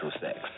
sex